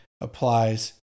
applies